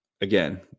Again